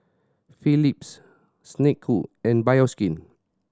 Phillips Snek Ku and Bioskin